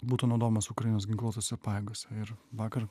būtų naudojamas ukrainos ginkluotose pajėgose ir vakar